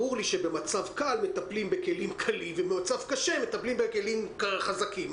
ברור לי שבמצב קל מטפלים בכלים קלים ובמצב קשה מטפלים בכלים חזקים.